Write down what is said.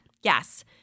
Yes